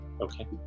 Okay